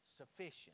sufficient